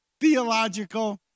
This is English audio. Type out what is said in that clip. theological